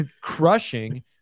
crushing